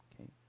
okay